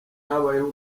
habayeho